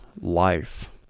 life